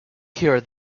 here